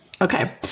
okay